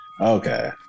Okay